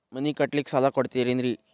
ಮನಿ ಕಟ್ಲಿಕ್ಕ ಸಾಲ ಕೊಡ್ತಾರೇನ್ರಿ?